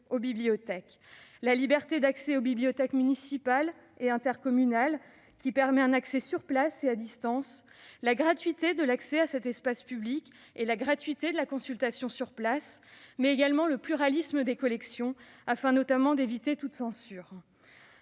aux bibliothèques : la liberté d'accès aux bibliothèques municipales et intercommunales, qui permet un accès sur place ou à distance ; la gratuité de l'accès à cet espace public et la gratuité de la consultation sur place ; et le pluralisme des collections, afin notamment d'éviter toute censure.